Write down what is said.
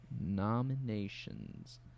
nominations